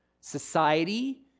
society